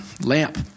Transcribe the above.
lamp